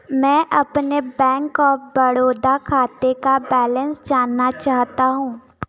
मैं अपने bank of Baroda खाते का बैलेन्स जानना चाहता हूँ